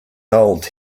told